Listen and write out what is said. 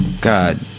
God